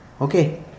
Okay